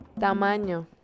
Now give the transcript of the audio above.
Tamaño